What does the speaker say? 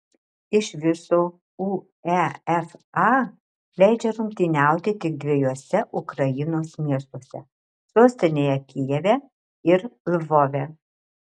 iš viso uefa leidžia rungtyniauti tik dviejuose ukrainos miestuose sostinėje kijeve ir lvove